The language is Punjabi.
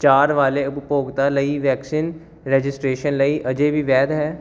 ਚਾਰ ਵਾਲੇ ਉਪਭੋਗਤਾ ਲਈ ਵੈਕਸੀਨ ਰਜਿਸਟ੍ਰੇਸ਼ਨ ਲਈ ਅਜੇ ਵੀ ਵੈਧ ਹੈ